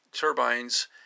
turbines